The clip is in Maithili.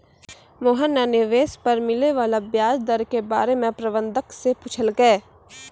मोहन न निवेश पर मिले वाला व्याज दर के बारे म प्रबंधक स पूछलकै